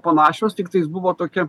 panašios tiktais buvo tokie